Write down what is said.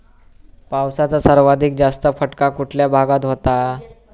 पावसाचा सर्वाधिक जास्त फटका कुठल्या भागात होतो?